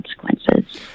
consequences